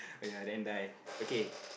oh ya then die okay